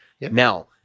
Now